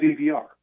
DVR